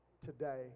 today